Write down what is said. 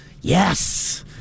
Yes